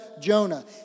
Jonah